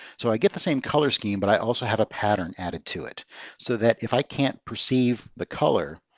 so i get the same color scheme, but i also have a pattern added to it so that if i can't perceive the color,